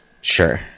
Sure